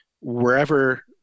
wherever